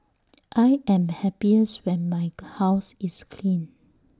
I am happiest when my house is clean